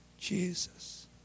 Jesus